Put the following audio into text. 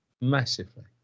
Massively